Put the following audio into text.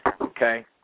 okay